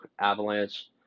Avalanche